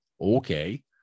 okay